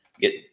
get